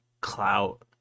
clout